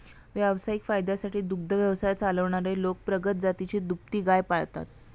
व्यावसायिक फायद्यासाठी दुग्ध व्यवसाय चालवणारे लोक प्रगत जातीची दुभती गाय पाळतात